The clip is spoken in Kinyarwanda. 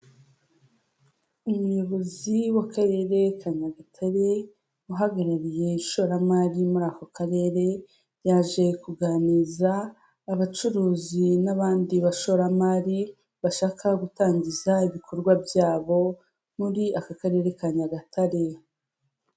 Umuyobozi w'Akarere ka Nyagatare, uhagarariye ishoramari muri ako Karere, yaje kuganiriza abacuruzi n'abandi bashoramari, bashaka gutangiza ibikorwa byabo muri aka Karere ka Nyagatare.